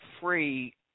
free